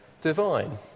divine